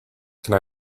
can